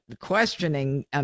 questioning